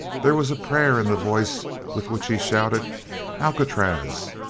there was a prayer in the voice with which he shouted alcatraz!